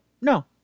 No